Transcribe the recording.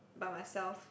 by myself